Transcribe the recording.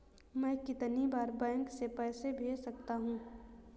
मैं कितनी बार बैंक से पैसे भेज सकता हूँ?